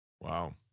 Wow